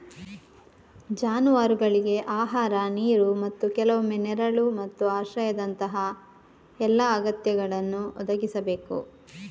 ಜಾನುವಾರುಗಳಿಗೆ ಆಹಾರ, ನೀರು ಮತ್ತು ಕೆಲವೊಮ್ಮೆ ನೆರಳು ಮತ್ತು ಆಶ್ರಯದಂತಹ ಎಲ್ಲಾ ಅಗತ್ಯಗಳನ್ನು ಒದಗಿಸಬೇಕು